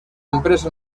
empresa